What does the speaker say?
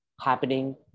happening